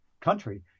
country